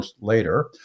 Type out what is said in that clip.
later